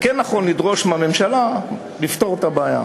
כן נכון לדרוש מהממשלה לפתור את הבעיה.